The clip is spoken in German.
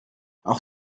auch